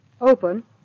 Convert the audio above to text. Open